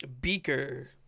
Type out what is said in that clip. Beaker